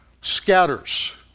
scatters